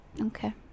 okay